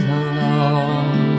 alone